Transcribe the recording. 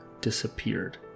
disappeared